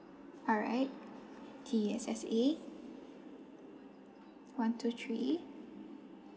all right T S S A one two three